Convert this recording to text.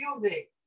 music